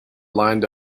lined